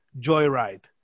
joyride